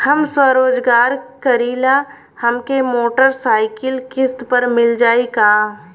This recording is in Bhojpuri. हम स्वरोजगार करीला हमके मोटर साईकिल किस्त पर मिल जाई का?